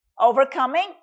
Overcoming